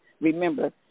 remember